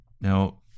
now